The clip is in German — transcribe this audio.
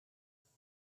fünf